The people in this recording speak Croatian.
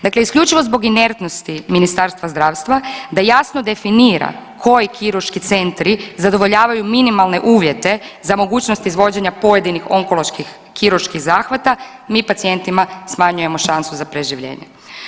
Dakle, isključivo zbog inertnosti Ministarstva zdravstva da jasno definira koji kirurški centri zadovoljavaju minimalne uvjete za mogućnost izvođenja pojedinih onkoloških kirurških zahvata, mi pacijentima smanjujemo šansu za preživljenje.